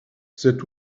cet